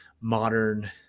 modern